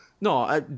No